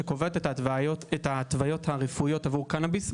שקובעת את ההתוויות הרפואיות עבור קנביס,